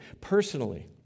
personally